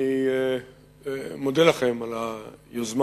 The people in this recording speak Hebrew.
אני מודה לכם על היוזמה